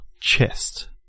chest